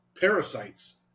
parasites